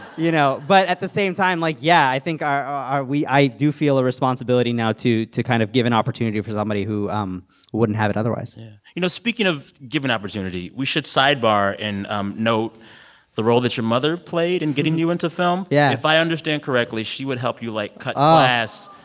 you know? but at the same time, like, yeah, i think are are we i do feel a responsibility now to to kind of give an opportunity for somebody who um wouldn't have it otherwise yeah. you know, speaking of giving opportunity, we should sidebar and um note the role that your mother played in and getting you into film yeah if i understand correctly, she would help you, like, cut ah class.